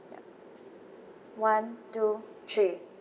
ya one two three